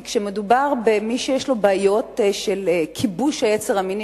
כי כשמדובר במי שיש לו בעיות של כיבוש היצר המיני,